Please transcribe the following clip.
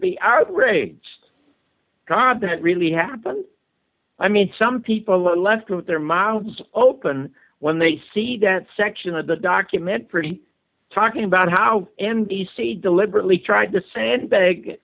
be outraged god that really happened i mean some people are left with their mouths open when they see that section of the document pretty talking about how n b c deliberately tried this and